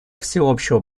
всеобщему